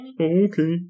Okay